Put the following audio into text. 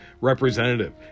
representative